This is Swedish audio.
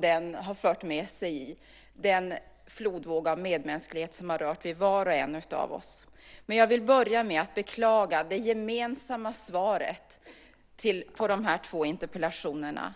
den fört med sig i, den flodvåg av medmänsklighet som har rört vid var och en av oss. Men jag vill börja med att beklaga det gemensamma svaret på de här interpellationerna.